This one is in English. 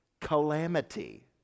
calamity